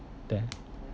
that